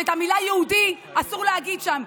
שאת המילה "יהודי" אסור להגיד שם,